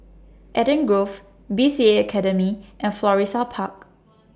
Eden Grove B C A Academy and Florissa Park